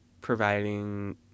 providing